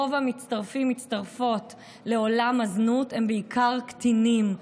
רוב המצטרפים והמצטרפות לעולם הזנות הם בעיקר קטינים.